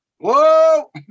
Whoa